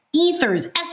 ethers